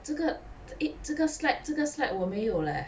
这个 eh 这个 slide 这个 slide 我没有 leh